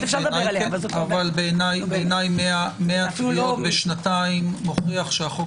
בעיניי 100 תביעות בשנתיים מוכיח שהחוק